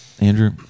Andrew